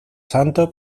santo